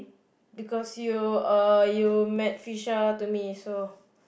because you uh you met Phisha to me so